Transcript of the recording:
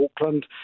Auckland